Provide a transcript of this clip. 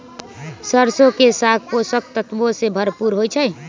सरसों के साग पोषक तत्वों से भरपूर होई छई